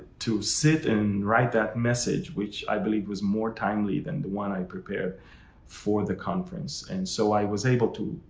to sit and write that message, which i believe was more timely than the one i prepared for the conference. and so i was able to